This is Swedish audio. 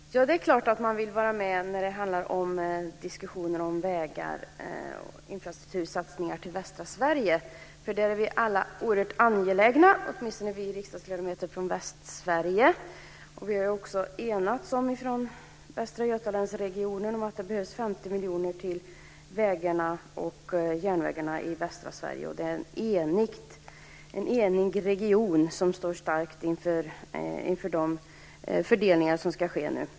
Fru talman! Det är klart att man vill vara med när diskussionen handlar om vägar och infrastruktursatsningar på västra Sverige. Det är vi alla oerhört angelägna om, åtminstone vi riksdagsledamöter från Västsverige. Vi har också från Västra Götalandsregionen enats om att det behövs 50 miljoner till vägarna och järnvägarna i västra Sverige. Det är en enig region som står stark inför de fördelningar som ska ske nu.